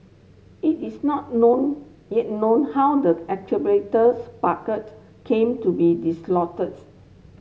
it is not known yet known how the bucket came to be dislodged